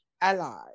allies